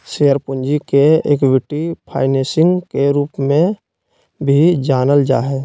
share पूंजी के equity financing के रूप में भी जानल जा हइ